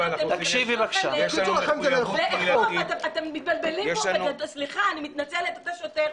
ו --- סליחה, אני מתנצלת בפני השוטר.